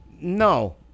No